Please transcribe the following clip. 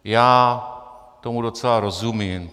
Já tomu docela rozumím.